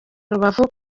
rubavu